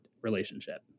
relationship